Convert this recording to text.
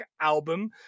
album